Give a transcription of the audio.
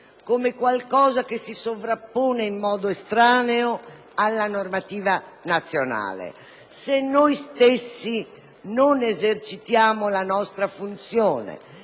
come un elemento che si sovrappone in modo estraneo alla normativa nazionale, se noi stessi non esercitiamo la nostra funzione,